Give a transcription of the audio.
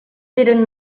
eren